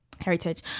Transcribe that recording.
heritage